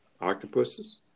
Octopuses